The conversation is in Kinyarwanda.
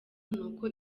nuko